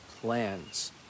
plans